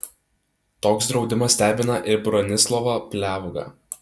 toks draudimas stebina ir bronislovą pliavgą